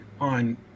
on